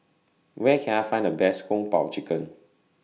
Where Can I Find The Best Kung Po Chicken